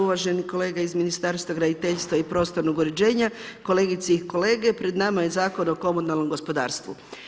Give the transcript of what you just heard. Uvaženi kolega iz Ministarstva graditeljstva i prostornog uređenja, kolegice i kolege, pred nama je Zakon o komunalnom gospodarstvu.